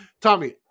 Tommy